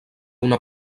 una